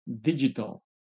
digital